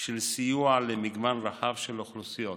של סיוע למגוון רחב של אוכלוסיות.